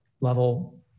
level